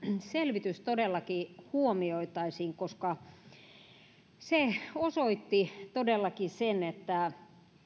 selvitys todellakin huomioitaisiin se osoitti todellakin sen että